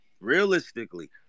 realistically